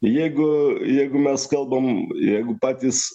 jeigu jeigu mes kalbam jeigu patys